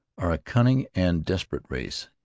are a cunning and desperate race.